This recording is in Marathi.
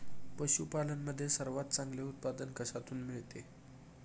पशूपालन मध्ये सर्वात चांगले उत्पादन कशातून मिळते?